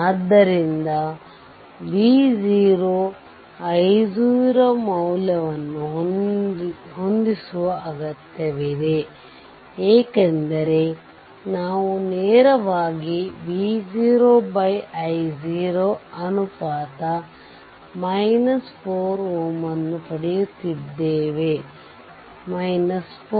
ಆದ್ದರಿಂದV0 i0 ಮೌಲ್ಯವನ್ನು ಹೊಂದಿಸುವ ಅಗತ್ಯವಿದೆ ಏಕೆಂದರೆ ನಾವು ನೇರವಾಗಿ V0 i0 ಅನುಪಾತ 4 Ω ವನ್ನು ಪಡೆಯುತ್ತಿದ್ದೇವೆ 4